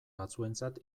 batzuentzat